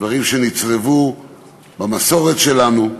דברים שנצרבו במסורת שלנו,